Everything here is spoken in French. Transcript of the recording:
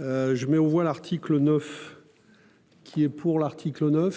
Je mets aux voix l'article 9. Qui est pour l'article 9.--